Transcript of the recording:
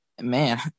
man